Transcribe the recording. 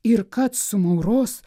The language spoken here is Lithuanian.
ir kad sumauros